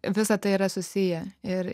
visa tai yra susiję ir